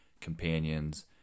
companions